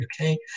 Okay